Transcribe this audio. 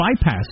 bypass